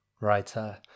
writer